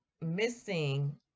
Missing